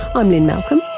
i'm lynne malcolm,